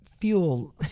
fuel